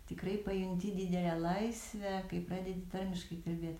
tikrai pajunti didelę laisvę kai pradedi tarmiškai kalbėt